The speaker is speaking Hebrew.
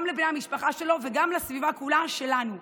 גם לבני המשפחה שלו וגם לסביבה שלנו כולה.